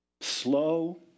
Slow